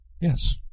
yes